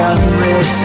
Unreal